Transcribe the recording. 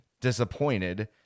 disappointed